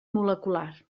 molecular